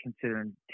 considering